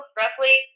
roughly